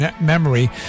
memory